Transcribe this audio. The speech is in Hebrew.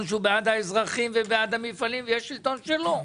שהוא בעד האזרחים ובעד המפעלים ויש שלטון שלא.